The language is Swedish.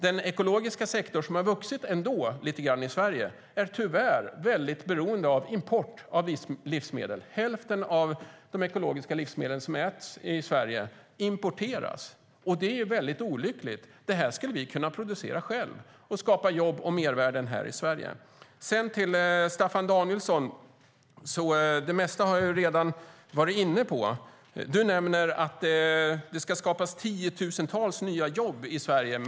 Den ekologiska sektorn, som trots allt vuxit lite grann i Sverige, är tyvärr beroende av import. Hälften av de ekologiska livsmedel som äts i Sverige importeras, och det är olyckligt. Det skulle vi själva kunna producera och därmed skapa jobb och mervärden i Sverige. Till Staffan Danielsson vill jag säga att jag redan varit inne på det mesta. Han nämner att det med Matlandet Sverige ska skapas tiotusentals nya jobb i landet.